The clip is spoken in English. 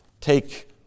Take